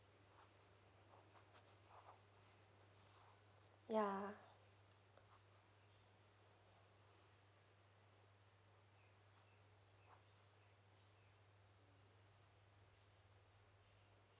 ya